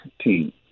team